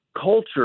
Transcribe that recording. culture